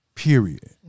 period